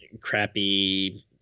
crappy